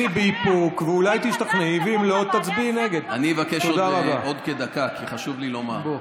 ואני אומר לכם עוד פעם,